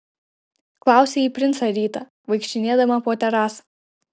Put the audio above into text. klausė ji princą rytą vaikštinėdama po terasą